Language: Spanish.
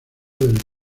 del